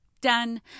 done